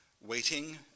waiting